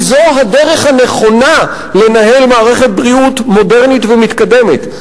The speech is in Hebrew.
כי זו הדרך הנכונה לנהל מערכת בריאות מודרנית ומתקדמת.